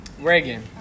Reagan